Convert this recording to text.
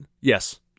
yes